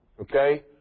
Okay